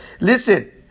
listen